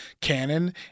canon